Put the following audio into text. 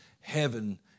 heaven